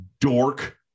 dork